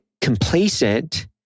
complacent